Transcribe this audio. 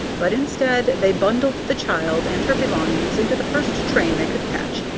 but instead, they bundled the child and her belongings into the first train they could catch,